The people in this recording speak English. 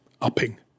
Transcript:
upping